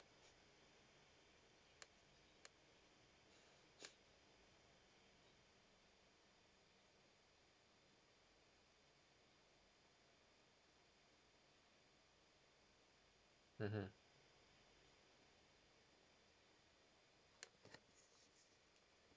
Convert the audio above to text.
mmhmm